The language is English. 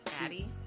Addie